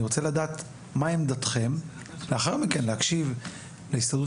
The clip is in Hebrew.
אני רוצה לדעת מה עמדתכם ולאחר מכן להקשיב להסתדרות